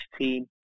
team